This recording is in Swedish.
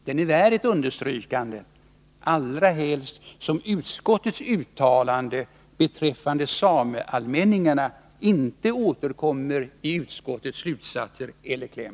Den är värd ett understrykande, allra helst som utskottets uttalande beträffande sameallmänningar inte återkommer i utskottets slutsatser eller kläm.